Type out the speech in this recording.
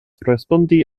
respondi